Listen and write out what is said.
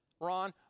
Ron